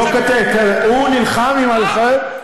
הוא נלחם עם הלוחמים?